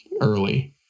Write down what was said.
early